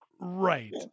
Right